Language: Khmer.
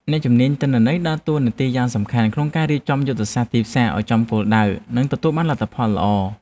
អ្នកជំនាញទិន្នន័យដើរតួនាទីយ៉ាងសំខាន់ក្នុងការរៀបចំយុទ្ធសាស្ត្រទីផ្សារឱ្យចំគោលដៅ និងទទួលបានលទ្ធផលល្អ។